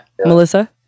Melissa